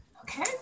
Okay